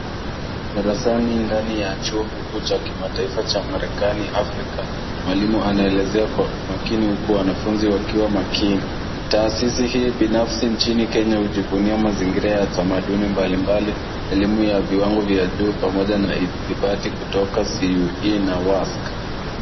Darasani ndani ya chuo kikuu cha Kimataifa cha Marekani Africa, mwalimu anaelezea kwa umakini huku wanafunzi wakiwa makini. Taasisi hii binafsi nchini Kenya hujivunia mazingira ya tamaduni mbalimbali, elimu ya viwango vya juu pamoja na idhibati kutoka CUE na WASK.